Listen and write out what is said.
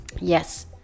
Yes